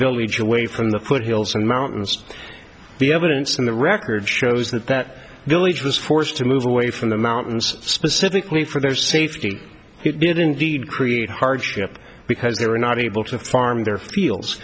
village away from the foot hills and mountains the evidence in the record shows that that village was forced to move away from the mountains specifically for their safety he did indeed create hardship because they were not able to farm their fields